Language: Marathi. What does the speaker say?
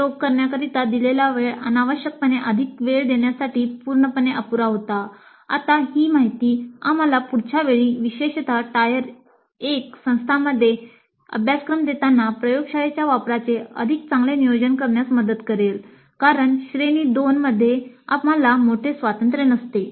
प्रयोग करण्याकरिता दिलेला वेळ अनावश्यकपणे अधिक वेळ देण्यासाठी पूर्णपणे अपुरा होता का आता ही माहिती आम्हाला पुढच्या वेळी विशेषत टायर 1 संस्थांमध्ये अभ्यासक्रम देताना प्रयोगशाळेच्या वापराचे अधिक चांगले नियोजन करण्यास मदत करेल कारण श्रेणी 2 मध्ये आम्हाला मोठे स्वातंत्र्य नसते